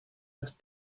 las